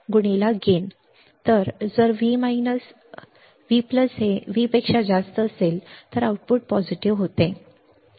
तर जर V हे V पेक्षा जास्त असेल तर आउटपुट सकारात्मक होते